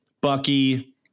Bucky